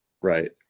right